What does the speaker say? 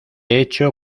hecho